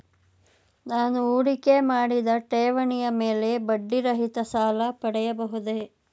ನಾನು ಹೂಡಿಕೆ ಮಾಡಿದ ಠೇವಣಿಯ ಮೇಲೆ ಬಡ್ಡಿ ರಹಿತ ಸಾಲ ಪಡೆಯಬಹುದೇ?